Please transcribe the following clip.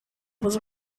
was